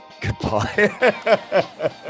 goodbye